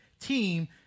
team